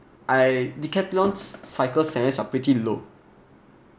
I Decathlon cycle centers are pretty low